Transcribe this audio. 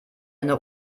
eine